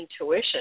intuition